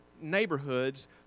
neighborhoods